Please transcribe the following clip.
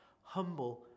humble